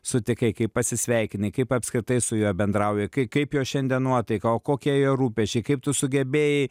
sutikai kaip pasisveikinai kaip apskritai su juo bendrauji kai kaip jo šiandien nuotaika o kokie jo rūpesčiai kaip tu sugebėjai